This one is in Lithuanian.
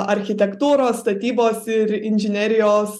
architektūros statybos ir inžinerijos